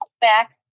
Back